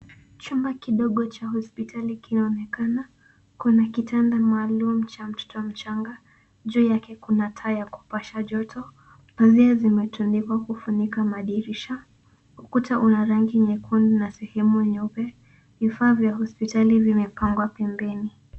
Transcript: Chumba kidogo cha hospitali kinaonekana kuna kitanda maalum cha mtoto mchanga. Juu yake kuna taa ya kupasha joto. Pazia zimetundikwa kufunika madirisha. Ukuta una rangi nyekundu na sehemu nyeupe. Vifaa vya hospitali vimepangwa pembeni.